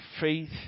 faith